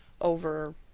over